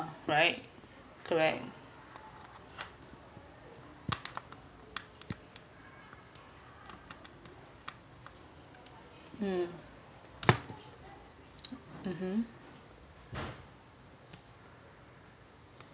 right correct mm mmhmm